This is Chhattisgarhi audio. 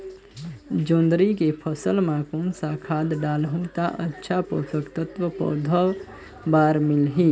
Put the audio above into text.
जोंदरी के फसल मां कोन सा खाद डालहु ता अच्छा पोषक तत्व पौध बार मिलही?